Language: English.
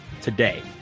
today